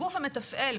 הגוף המתפעל,